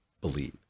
believe